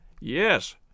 Yes